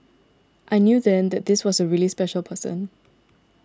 I knew then that this was a really special person